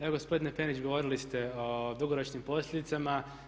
Evo gospodine Penić, govorili ste o dugoročnim posljedicama.